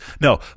No